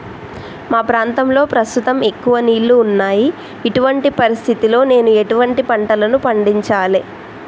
మా ప్రాంతంలో ప్రస్తుతం ఎక్కువ నీళ్లు ఉన్నాయి, ఇటువంటి పరిస్థితిలో నేను ఎటువంటి పంటలను పండించాలే?